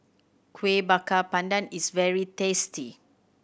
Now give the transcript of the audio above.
Kueh Bakar Pandan is very tasty